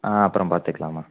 ஆ அப்புறம் பார்த்துக்கலாம்மா